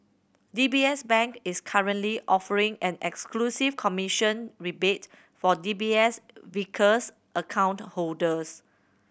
D B S Bank is currently offering an exclusive commission rebate for D B S Vickers account holders